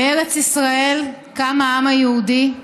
"בארץ-ישראל קם העם היהודי,